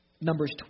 Numbers